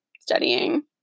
studying